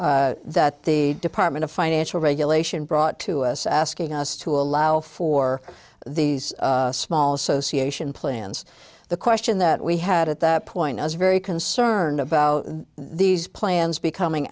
that the department of financial regulation brought to us asking us to allow for these small association plans the question that we had at that point i was very concerned about these plans becoming